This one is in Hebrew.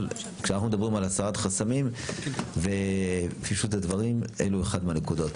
אבל כשאנחנו מדברים על הסרת חסמים ופישוט הדברים אלו אחד מהנקודות.